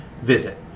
visit